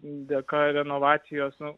dėka renovacijos nu